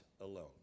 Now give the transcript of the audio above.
alone